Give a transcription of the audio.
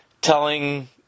telling